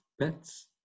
pets